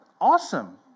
Awesome